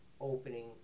opening